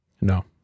No